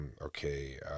Okay